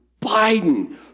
Biden